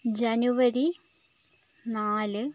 ജനുവരി നാല്